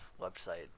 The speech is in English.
website